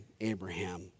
Abraham